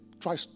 Try